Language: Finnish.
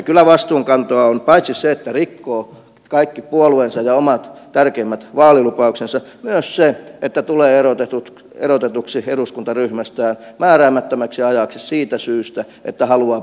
kyllä vastuunkantoa on paitsi se että rikkoo kaikki puolueensa ja omat tärkeimmät vaalilupauksensa myös se että tulee erotetuksi eduskuntaryhmästään määräämättömäksi ajaksi siitä syystä että haluaa pitää lupauksistaan kiinni